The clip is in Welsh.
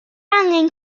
angen